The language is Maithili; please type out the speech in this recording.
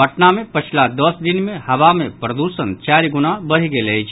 पटना मे पछिला दस दिन मे हवा मे प्रद्षण चारि गुना बढ़ि गेल अछि